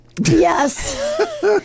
Yes